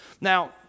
Now